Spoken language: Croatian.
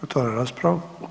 Otvaram raspravu.